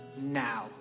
now